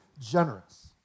generous